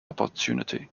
opportunity